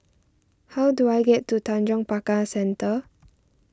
how do I get to Tanjong Pagar Centre